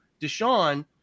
Deshaun